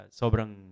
sobrang